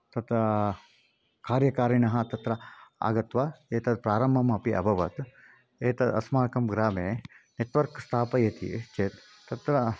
तत् कार्यकारिणः तत्र आगत्य एतत् प्रारम्भमपि अभवत् एतत् अस्माकं ग्रामे नेट्वर्क् स्थापयति चेत् तत्र